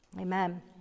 Amen